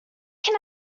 can